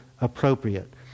appropriate